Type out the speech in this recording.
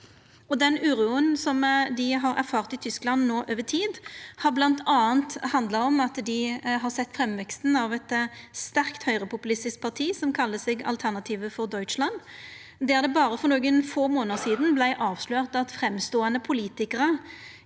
Den uroa som dei har erfart i Tyskland no over tid, har bl.a. handla om at dei har sett framveksten av eit sterkt høgrepopulistisk parti som kallar seg Alternative für Deutschland, der det berre for nokre få månader sidan vart avslørt at framståande politikarar